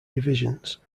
divisions